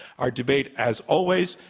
our debate, as always,